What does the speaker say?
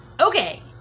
Okay